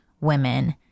women